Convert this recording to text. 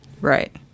Right